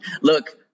Look